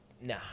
Nah